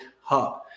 Hub